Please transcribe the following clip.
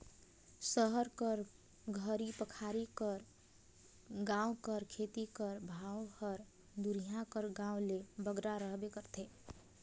सहर कर घरी पखारी कर गाँव कर खेत कर भाव हर दुरिहां कर गाँव ले बगरा रहबे करथे